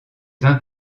vingt